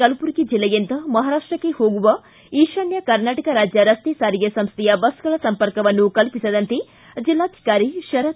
ಕಲಬುರಗಿ ಜಿಲ್ಲೆಯಿಂದ ಮಹಾರಾಷ್ಟಕ್ಕೆ ಹೋಗುವ ಈಶಾನ್ಯ ಕರ್ನಾಟಕ ರಾಜ್ಯ ರಸ್ತೆ ಸಾರಿಗೆ ಸಂಸ್ಥೆಯ ಬಸ್ಗಳ ಸಂಪರ್ಕವನ್ನು ಕಲ್ಪಿಸದಂತೆ ಜಿಲ್ಲಾಧಿಕಾರಿ ಶರತ್